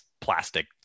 plastic